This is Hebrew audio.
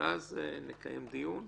ואז נקיים דיון.